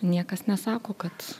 niekas nesako kad